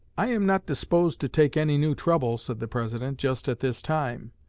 i am not disposed to take any new trouble said the president, just at this time,